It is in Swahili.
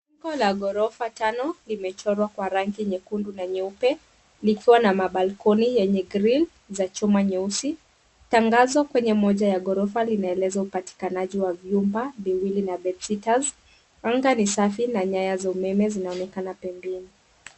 Jumba la ghorofa tano limechorwa kwa rangi nyekundu na nyeupe likiwa na mabalkoni yenye grill za chuma nyeusi. Tangazo kwenye moja ya ghorofa linaeleza upatikanaji wa vyumba viwili na bedsitters . Anga ni safi na nyanya za umeme zinaonekana mbinguni.